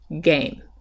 game